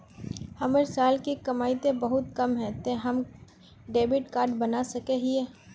हमर साल के कमाई ते बहुत कम है ते हम डेबिट कार्ड बना सके हिये?